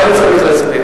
מה אני צריך להסביר?